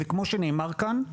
וכמו שנאמר כאן,